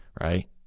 right